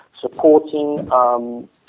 supporting